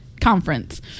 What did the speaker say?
conference